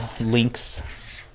links